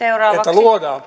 luodaan